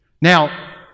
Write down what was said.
Now